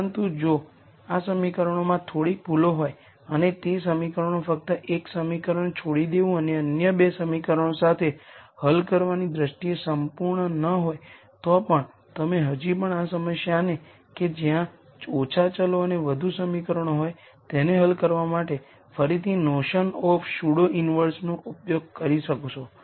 પરંતુ જો આ સમીકરણોમાં થોડીક ભૂલો હોય અને તે સમીકરણો ફક્ત એક સમીકરણ છોડી દેવું અને અન્ય 2 સમીકરણો સાથે હલ કરવાની દ્રષ્ટિએ સંપૂર્ણ ન હોય તો પણ તમે હજી પણ આ સમસ્યાને કે જ્યાં ઓછા વેરીએબલ્સ અને વધુ સમીકરણો હોય તેને હલ કરવા માટે ફરીથી નોશન ઓફ સ્યુડો ઈન્વર્સનો ઉપયોગ કરી શકશો